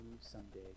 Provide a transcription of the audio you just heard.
someday